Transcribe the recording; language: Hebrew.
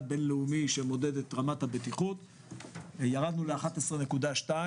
בין לאומי שמודד את רמת הבטיחות וירדנו ל-11.2,